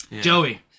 Joey